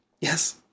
Yes